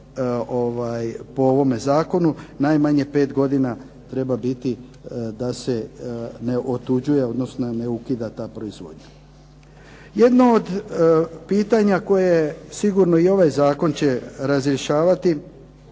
po ovome zakonu, najmanje 5 godina treba biti da se ne otuđuje, odnosno ne ukida ta proizvodnja. Jedno od pitanja koje sigurno i ovaj zakon će razrješavati